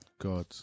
God